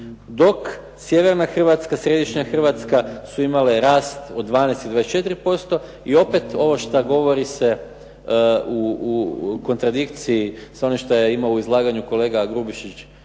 dok sjeverna Hrvatska, središnja Hrvatska su imale rast od 12 i 24% i opet ovo šta govori se u kontradikciji sa onim što je imao u izlaganju kolega Grubišić